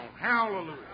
Hallelujah